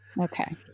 Okay